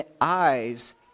eyes